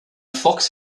fox